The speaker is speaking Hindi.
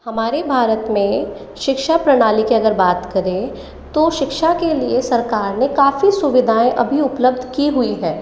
हमारे भारत में शिक्षा प्रणाली की अगर बात करें तो शिक्षा के लिए सरकार ने काफ़ी सुविधाऐं अभी उपलब्ध की हुई है